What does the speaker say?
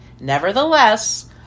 Nevertheless